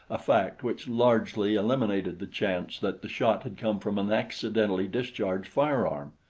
a fact which largely eliminated the chance that the shot had come from an accidentally discharged firearm.